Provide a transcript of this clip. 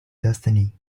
destiny